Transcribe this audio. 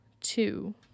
Two